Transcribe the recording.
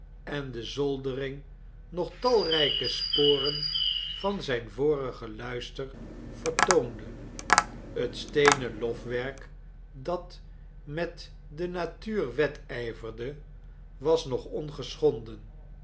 en de zoldering nog talrijke sporen van zijn vorigen luister verrtoonde het steenen lofwerk dat met de natuur wedijverde was nog